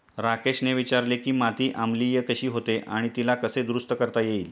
राकेशने विचारले की माती आम्लीय कशी होते आणि तिला कसे दुरुस्त करता येईल?